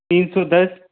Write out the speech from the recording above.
तीन सौ दस